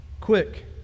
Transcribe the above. quick